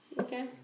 Okay